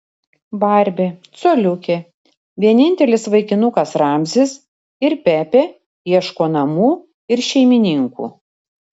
barbė coliukė vienintelis vaikinukas ramzis ir pepė ieško namų ir šeimininkų